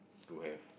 to have